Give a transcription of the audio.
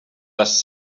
les